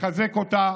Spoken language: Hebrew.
נחזק אותה